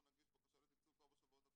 אנחנו נגיש בקשה לתקצוב כבר בשבועות הקרובים.